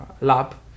Lab